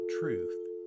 truth